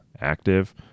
active